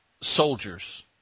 soldiers